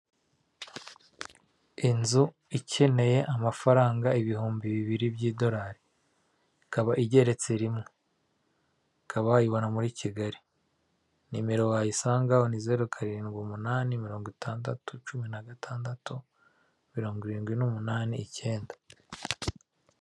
Inzu ikeneye amafaranga ibihumbi bibiri by'idolari, ikaba igeretse rimwe ukaba wayibona muri Kigali, nimero wayisangaho ni zeru karindwi umunani, mirongo itandatu, cumi na gatandatu mirongo irindwi n'umunani, icyenda.